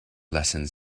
lessons